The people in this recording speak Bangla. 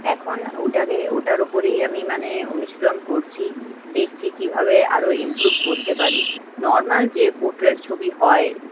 এখন ওটাকে ওটার ওপরেই আমি মানে অনুশীলন করছি দেখছি কীভাবে আরো ইমপ্রুভ করতে পারি নর্মাল যে পোট্রেট ছবি হয়